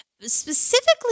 specifically